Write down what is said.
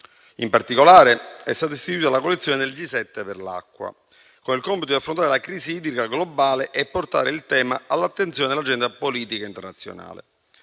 In particolare, è stata istituita una coalizione del G7 per l'acqua, con il compito di affrontare la crisi idrica globale e portare il tema all'attenzione dell'agenda politica internazionale.